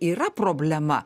yra problema